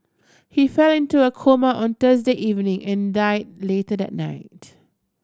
he fell into a coma on Thursday evening and died later that night